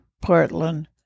Portland